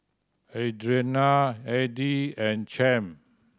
Audriana Eddy and Champ